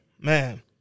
man